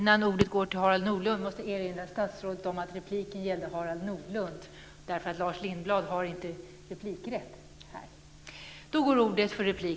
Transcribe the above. Jag vill erinra statsrådet om att repliken gällde Harald Nordlund. Lars Lindblad har inte rätt till ytterligare replik.